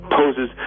poses